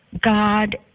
God